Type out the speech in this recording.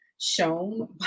shown